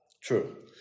True